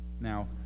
Now